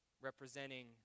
representing